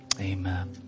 amen